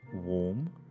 warm